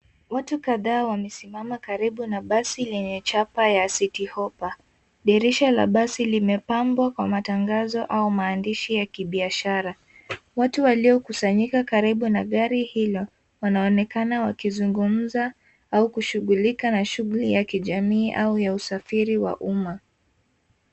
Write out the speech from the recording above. Watu kadhaa wamesimama karibu na basi lenye chapa ya Citi hoppa. Dirisha la basi limepambwa kwa matangazo au maandishi ya kibiashara. Watu waliokusanyika karibu na gari hilo wanaonekana wakizungumza au kushughulika na shughuli ya kijamii au ya usafiri wa umma.